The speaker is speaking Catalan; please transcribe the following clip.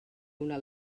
una